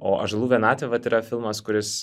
o ąžuolų vienatvė vat yra filmas kuris